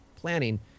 planning